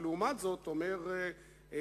ולעומת זאת אומר סגנו,